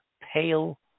pale